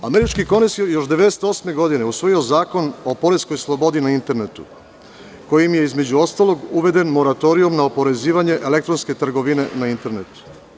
Američki kongres je 1997. godine, usvojio zakon o poreskoj slobodi na internetu, kojim je, između ostalog uveden moratorijum na oporezivanje elektronske trgovine na internetu.